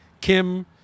Kim